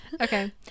okay